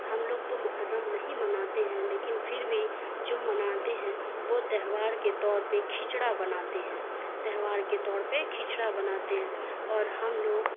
ہم لوگ تو محرم نہیں مناتے ہیں لیکن پھر بھی جو مناتے ہیں وہ تہوار کے طور پہ کھچڑا بناتے ہیں تہوار کے طور پہ کھچڑا بناتے ہیں اور ہم لوگ